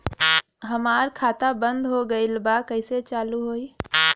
हमार खाता बंद हो गईल बा कैसे चालू होई?